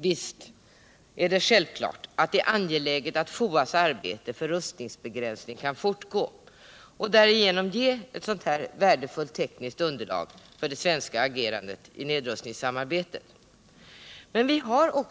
Naturligtvis är det angeläget att FOA:s arbete för rustningsbegränsning kan fortgå, så att vi får ett värdefullt tekniskt underlag för det svenska agerandet i nedrustningssamarbetet. Men vi har